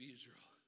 Israel